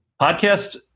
podcast